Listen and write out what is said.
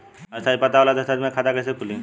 स्थायी पता वाला दस्तावेज़ से खाता कैसे खुली?